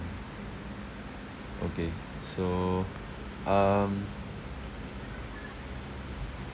okay so um